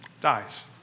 dies